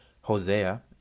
Hosea